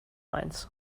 lines